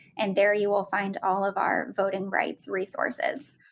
and there you will find all of our voting rights resources.